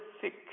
sick